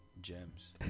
gems